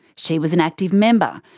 she was an active member,